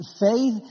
faith